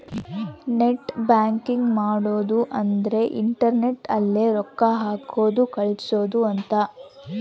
net banking ಮಾಡದ ಅಂದ್ರೆ internet ಅಲ್ಲೆ ರೊಕ್ಕ ಹಾಕೋದು ಕಳ್ಸೋದು ಅಂತ